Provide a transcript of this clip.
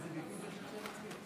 בבקשה, אני מבקש לשבת.